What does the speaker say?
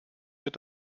mit